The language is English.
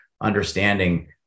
understanding